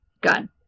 gun